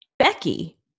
Becky